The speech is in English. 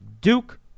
Duke